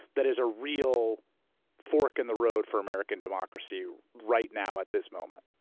that is a real fork in the road for american democracy right now at this moment.